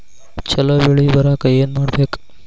ಛಲೋ ಬೆಳಿ ಬರಾಕ ಏನ್ ಮಾಡ್ಬೇಕ್?